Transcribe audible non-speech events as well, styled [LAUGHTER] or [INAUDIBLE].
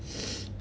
[NOISE]